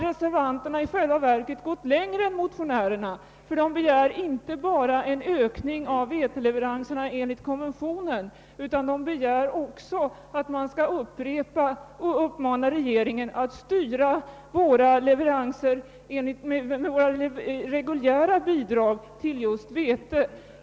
Reservanterna har i själva verket gått längre än motionärerna, ty de begär inte bara en ökning av veteleveranserna enligt konventionen, utan de begär även att man skall uppmana regeringen att styra våra reguljära bidrag till att gälla just vete.